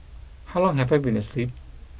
how long have I been asleep